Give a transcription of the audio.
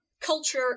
culture